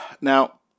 Now